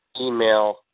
email